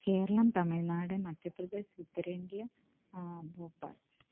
കേരളം തമിഴ്നാട് മധ്യപ്രദേശ് ഉത്തരേന്ത്യ ഭോപാല്